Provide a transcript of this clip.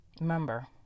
Remember